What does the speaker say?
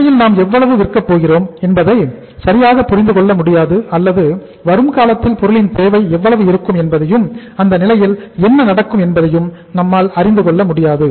சந்தையில் நாம் எவ்வளவு விற்கபோகிறோம் என்பதை சரியாக புரிந்து கொள்ள முடியாது அல்லது வரும் காலத்தில் பொருளின் தேவை எவ்வளவு இருக்கும் என்பதையும் அந்த நிலையில் என்ன நடக்கும் என்பதையும் நம்மால் அறிந்து கொள்ள முடியாது